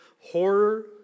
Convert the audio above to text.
horror